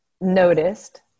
noticed